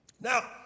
Now